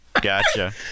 Gotcha